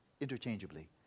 interchangeably